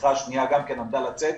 מדריכה שניה גם כן עמדה לצאת,